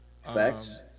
Facts